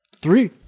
Three